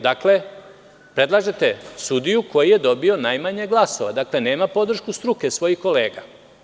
Dakle, predlažete sudiju koji je dobio najmanje glasova, dakle, nema podršku struke svojih kolega.